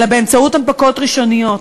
אלא באמצעות הנפקות ראשוניות.